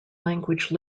language